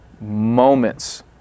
moments